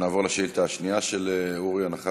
נעבור לשאילתה השנייה של אורי: הנחה